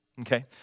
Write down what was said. Okay